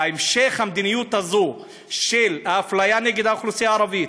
המשך המדיניות הזאת של אפליה נגד האוכלוסייה הערבית,